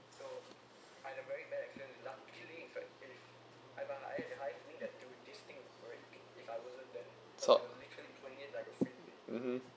sort (uh huh)